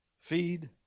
Feed